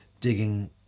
digging